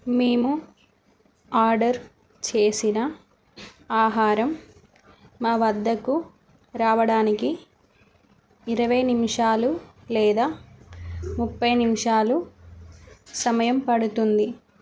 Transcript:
మేము ఆర్డర్ చేసిన ఆహారం మా వద్దకు రావడానికి ఇరవై నిమిషాలు లేదా ముప్పై నిమిషాలు సమయం పడుతుంది